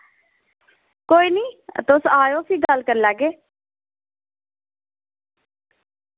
कोई निं फ्ही तुस आयो ते गल्ल करी लैगे